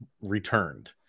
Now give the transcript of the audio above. returned